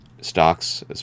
stocks